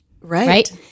right